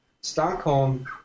Stockholm